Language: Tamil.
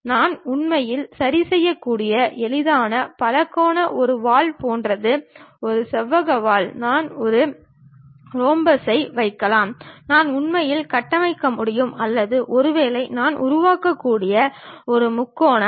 நான் உண்மையில் சரிசெய்யக்கூடிய எளிதான பலகோணம் ஒரு வால் போன்றது ஒரு செவ்வக வால் நான் ஒரு ரோம்பஸை வைக்கலாம் நான் உண்மையில் கட்டமைக்க முடியும் அல்லது ஒருவேளை நான் உருவாக்கக்கூடிய ஒரு முக்கோணம்